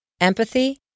empathy